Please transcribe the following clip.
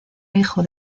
hijo